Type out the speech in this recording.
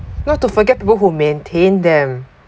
not to forget people who maintained them